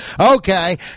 Okay